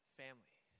family